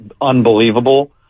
unbelievable